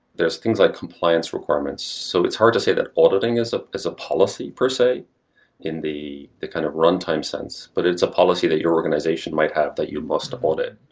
there are things like compliance requirements. so it's hard to say that auditing is ah is a policy per se in the the kind of runtime sense, but it's a policy that your organization might have that you must audit.